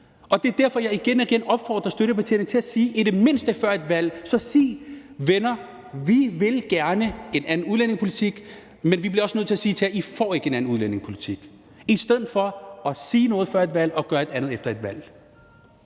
og det er derfor, jeg igen og igen opfordrer støttepartierne til i det mindste før et valg at sige: Venner, vi vil gerne en anden udlændingepolitik, men vi bliver også nødt til at sige til jer, at I ikke får en anden udlændingepolitik. Jeg opfordrer til, at man gør det i stedet for at sige noget før et valg og gøre noget andet efter et valg.